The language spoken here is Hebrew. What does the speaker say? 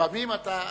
לפעמים, אתה יודע,